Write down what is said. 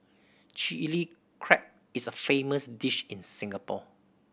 Chilli Crab is a famous dish in Singapore